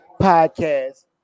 podcast